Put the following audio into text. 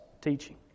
teaching